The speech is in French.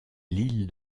l’île